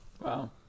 Wow